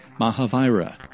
Mahavira